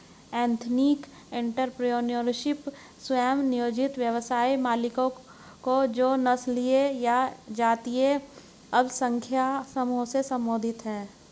ethnic entrepreneurship, स्व नियोजित व्यवसाय मालिकों जो नस्लीय या जातीय अल्पसंख्यक समूहों से संबंधित हैं